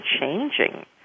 changing